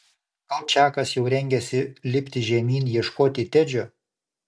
gal čakas jau rengėsi lipti žemyn ieškoti tedžio